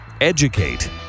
educate